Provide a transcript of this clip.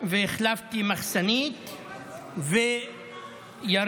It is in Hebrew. והחלפתי מחסנית וירינו.